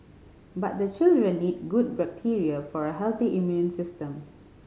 but the children need good bacteria for a healthy immune system